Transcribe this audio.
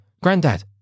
granddad